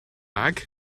bag